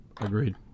Agreed